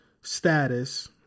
status